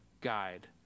guide